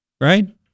right